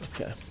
Okay